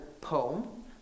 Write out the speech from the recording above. poem